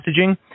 messaging